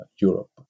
Europe